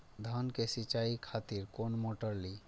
धान के सीचाई खातिर कोन मोटर ली?